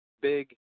big